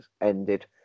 ended